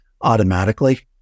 automatically